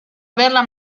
averla